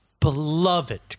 beloved